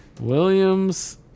Williams